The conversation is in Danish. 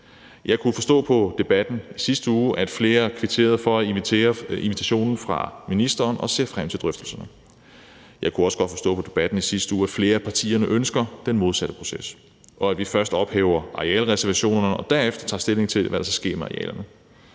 Jeg kunne forstå på debatten i sidste uge, at flere kvitterede for invitationen fra ministeren og ser frem til drøftelserne. Jeg kunne også forstå på debatten i sidste uge, at flere af partierne ønsker den omvendte proces, altså at vi først ophæver arealreservationerne og derefter tager stilling til, hvad der skal ske med arealerne.